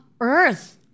earth